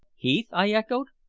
heath! i echoed.